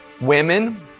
women